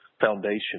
foundation